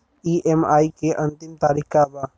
EMI के अंतिम तारीख का बा?